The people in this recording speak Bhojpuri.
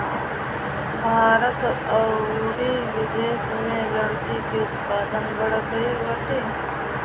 भारत अउरी बिदेस में लकड़ी के उत्पादन बढ़ गइल बाटे